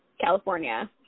California